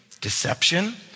deception